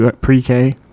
Pre-K